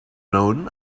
known